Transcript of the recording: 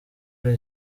ari